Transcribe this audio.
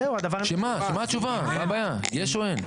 הדבר הזה --- מה התשובה, יש או אין?